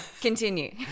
Continue